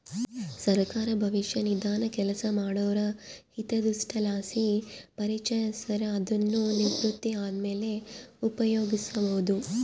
ಸರ್ಕಾರ ಭವಿಷ್ಯ ನಿಧಿನ ಕೆಲಸ ಮಾಡೋರ ಹಿತದೃಷ್ಟಿಲಾಸಿ ಪರಿಚಯಿಸ್ಯಾರ, ಅದುನ್ನು ನಿವೃತ್ತಿ ಆದ್ಮೇಲೆ ಉಪಯೋಗ್ಸ್ಯಬೋದು